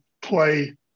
play